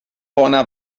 bona